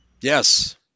Yes